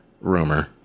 rumor